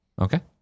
Okay